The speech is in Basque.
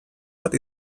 bat